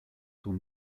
sont